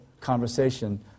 conversation